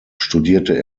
studierte